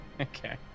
Okay